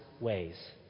ways